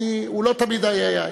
הוא לא תמיד איי-איי-איי.